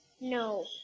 No